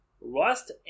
Rust